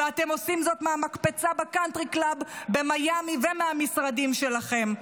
-- ואתם עושים את זה מהמקפצה בקאנטרי קלאב במיאמי ומהמשרדים שלכם.